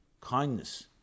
kindness